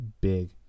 big